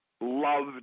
loved